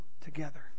together